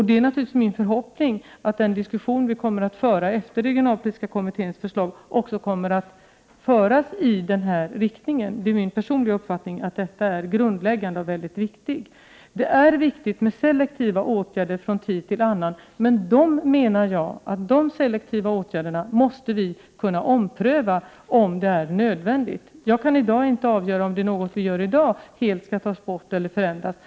Naturligtvis är det min förhoppning att den diskussion som vi kommer att föra efter det att den regionalpolitiska kommittén har presenterat sitt förslag också kommer att gå i den här riktningen. Det är min personliga uppfattning att detta är grundläggande och väldigt viktigt. Det är således betydelsefullt med selektiva åtgärder från tid till annan. Men de här selektiva åtgärderna måste vi kunna ompröva, om det skulle visa sig vara nödvändigt. Jag kan inte i dag avgöra om något som finns i dag helt skall tas bort eller förändras.